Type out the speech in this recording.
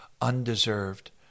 Undeserved